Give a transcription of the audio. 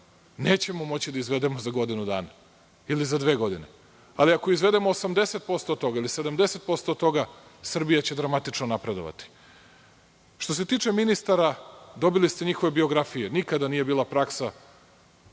nećemo moći da izvedemo za godinu dana ili za dve godine. Ali ako izvedemo 80% od toga ili 70% od toga Srbija će dramatično napredovati. Što se tiče ministara dobili ste njihove biografije. Nikada nije bila praksa,